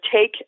take